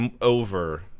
over